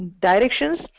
directions